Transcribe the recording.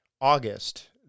August